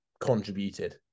contributed